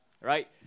right